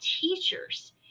teachers